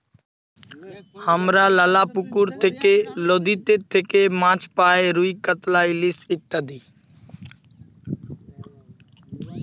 হামরা লালা পুকুর থেক্যে, লদীতে থেক্যে মাছ পাই রুই, কাতলা, ইলিশ ইত্যাদি